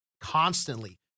constantly